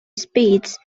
speeds